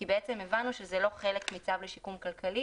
כי הבנו שזה לא חלק מצו לשיקום כלכלי